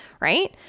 right